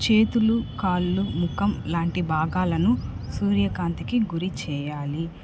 చేతులు కాళ్ళు ముఖం లాంటి భాగాలను సూర్యకాంతికి గురి చెయ్యాలి